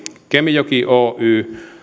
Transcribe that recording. kemijoki oy